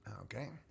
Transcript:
Okay